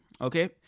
Okay